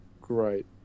Great